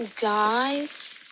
guys